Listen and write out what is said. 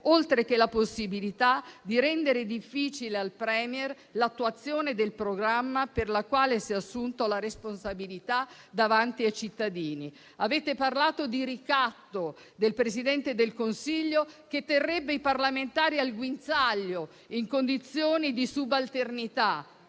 oltre che la possibilità di rendere difficile al *Premier* l'attuazione del programma per la quale si è assunto la responsabilità davanti ai cittadini. Avete parlato di ricatto del Presidente del Consiglio, che terrebbe i parlamentari al guinzaglio in condizioni di subalternità.